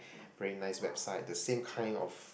very nice website the same kind of